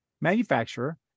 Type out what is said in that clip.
manufacturer